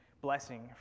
blessing